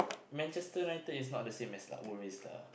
Manchester-United is not the same as l~ always lah